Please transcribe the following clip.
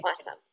Awesome